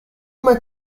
might